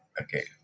Okay